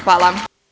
Hvala.